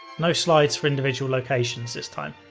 no slides for individual locations this time.